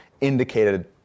indicated